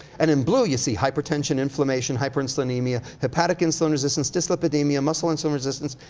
and in blue, you see hypertension, inflammation, hyperinsulimia, hepatic insulin resistance, dyslipidemia, muscle insulin resistance,